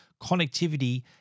connectivity